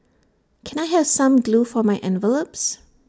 can I have some glue for my envelopes